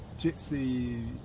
gypsy